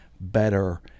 better